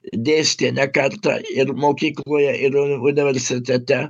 dėstė ne kartą ir mokykloje ir universitete